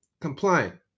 compliant